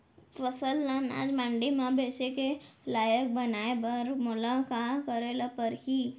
फसल ल अनाज मंडी म बेचे के लायक बनाय बर मोला का करे ल परही?